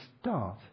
start